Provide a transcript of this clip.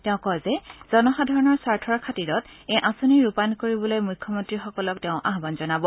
তেওঁ কয় যে জনসাধাৰণৰ স্বাৰ্থৰ খাতিৰত এই আঁচনি ৰূপায়ণ কৰিবলৈ মুখ্যমন্ত্ৰীসকলক তেওঁ আয়ান জনাব